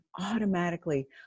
automatically